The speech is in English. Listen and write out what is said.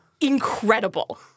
incredible